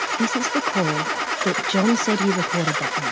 this is the call that john said he recorded that night.